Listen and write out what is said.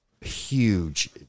huge